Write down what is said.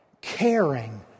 caring